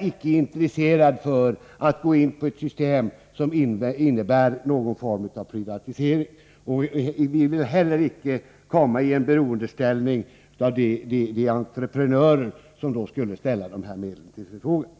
icke är intresserade av ett system som innebär någon form av privatisering. Vi vill heller icke komma i beroendeställning när det gäller de entreprenörer som skulle ställa medel till förfogande.